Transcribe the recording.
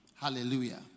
Hallelujah